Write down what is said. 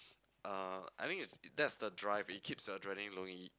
uh I think is that's the drive it keeps your adrenaline